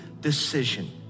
decision